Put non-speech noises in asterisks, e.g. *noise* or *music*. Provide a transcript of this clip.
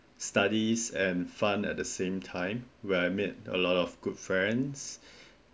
studies and fun at the same time where I meet a lot of good friends *breath*